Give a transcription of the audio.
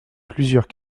plusieurs